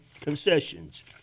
concessions